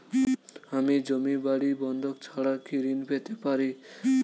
আমি জমি বাড়ি বন্ধক ছাড়া কি ঋণ পেতে পারি?